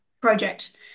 project